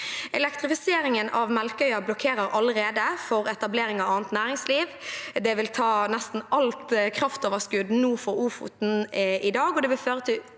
Elektrifiseringen av Melkøya blokkerer allerede for etablering av annet næringsliv. Det vil ta nesten alt kraftoverskudd nord for Ofoten i dag, og det vil føre til